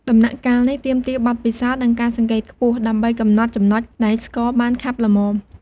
ដំណាក់កាលនេះទាមទារបទពិសោធន៍ និងការសង្កេតខ្ពស់ ដើម្បីកំណត់ចំណុចដែលស្ករបានខាប់ល្មម។